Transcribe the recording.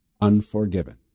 unforgiven